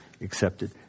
accepted